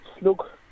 Look